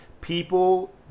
people